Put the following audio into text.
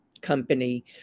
company